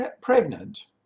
pregnant